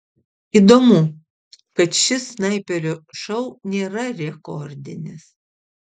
įdomu kad šis snaiperio šou nėra rekordinis